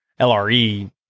LRE